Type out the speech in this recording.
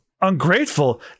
Ungrateful